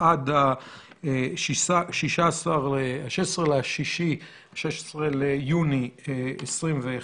החוק יוארך עד יום ו' בתמוז התשפ"א (16 ביוני 2021)."